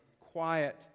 quiet